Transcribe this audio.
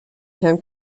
herrn